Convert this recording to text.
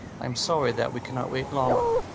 i am sorry that we cannot wait longer.